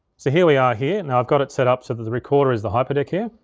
so here we are here. now i've got it set up so that the recorder is the hyperdeck here.